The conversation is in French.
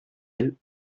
elle